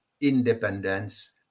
independence